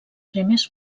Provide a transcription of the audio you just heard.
primers